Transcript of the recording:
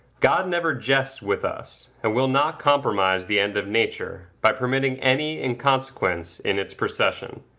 god never jests with us, and will not compromise the end of nature, by permitting any inconsequence in its procession.